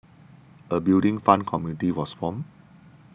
a Building Fund committee was formed